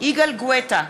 יגאל גואטה,